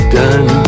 done